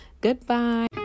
goodbye